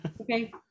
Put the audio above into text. okay